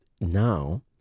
now